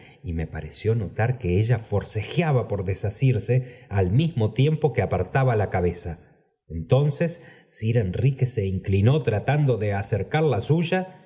y me pareció notar que ella forcejeaba por desasirse al mismo tiempo que apartaba la cabeza entonces sir enrique se inclinó tratando do acercar la suya